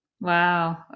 Wow